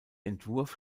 entwurf